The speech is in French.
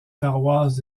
paroisse